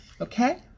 okay